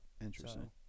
Interesting